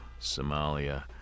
Somalia